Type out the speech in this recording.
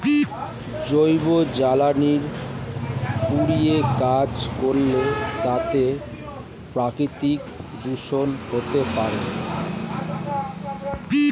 জৈব জ্বালানি পুড়িয়ে কাজ করলে তাতে প্রাকৃতিক দূষন হতে পারে